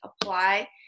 apply